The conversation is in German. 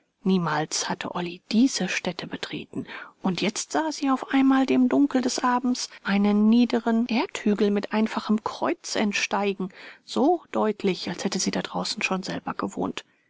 niemals hatte olly diese stätte betreten und jetzt sah sie auf einmal dem dunkel des abends einen niederen erdhügel mit einfachem kreuz entsteigen so deutlich als hätte sie da draußen schon selber gewohnt